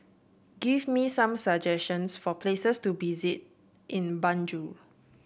give me some suggestions for places to visit in Banjul